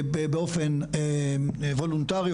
באופן וולונטרי,